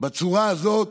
בצורה הזאת,